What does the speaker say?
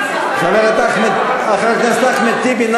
חבר הכנסת אחמד טיבי,